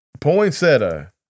poinsettia